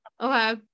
Okay